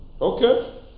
okay